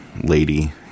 lady